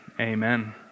amen